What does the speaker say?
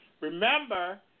remember